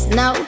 no